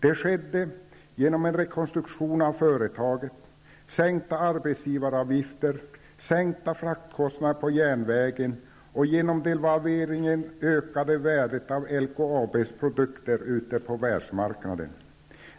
Det skedde genom en rekonstruktion av företaget, sänkta arbetsgivaravgifter, sänkta fraktkostnader på järnvägen, och med hjälp av devalveringen ökade man värdet av LKABs produkter ute på världsmarknaden.